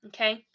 Okay